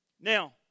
Now